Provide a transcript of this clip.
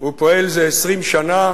הוא פועל זה 20 שנה.